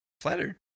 flattered